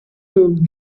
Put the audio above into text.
noms